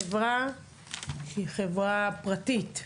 חברה שהיא חברה פרטית,